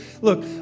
Look